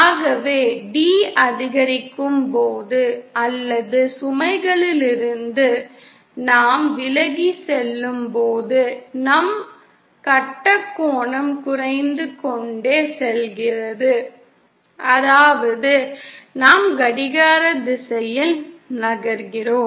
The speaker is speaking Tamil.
ஆகவே d அதிகரிக்கும்போது அல்லது சுமைகளிலிருந்து நாம் விலகிச் செல்லும்போது நம் கட்டக் கோணம் குறைந்து கொண்டே செல்கிறது அதாவது நாம் கடிகார திசையில் நகர்கிறோம்